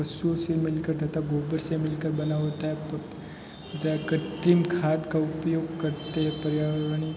पशुओं से मिलकर तथा गोबर से मिलकर बना होता है कृत्रिम खाद का उपयोग करते हैं पर्यावरणिक